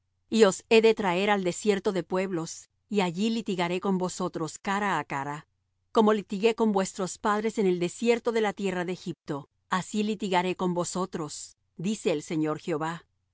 he de traer al desierto de pueblos y allí litigaré con vosotros cara á cara como litigué con vuestros padres en el desierto de la tierra de egipto así litigaré con vosotros dice el señor jehová y